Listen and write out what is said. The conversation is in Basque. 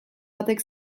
batek